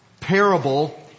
parable